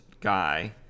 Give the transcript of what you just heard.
guy